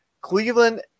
Cleveland